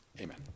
Amen